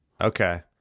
Okay